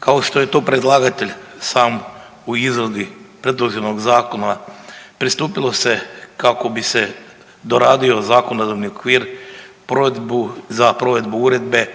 Kao što je to predlagatelj sam u izradi predloženog zakona pristupilo se kako bi se doradio zakonodavni okvir za provedbu Uredbe